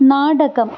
നാടകം